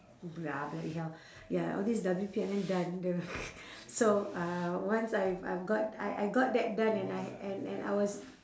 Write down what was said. blah bloody hell ya all these W_P_L_N done the so uh once I I've got I I got that done and I and and I was